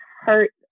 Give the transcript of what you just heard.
hurt